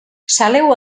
saleu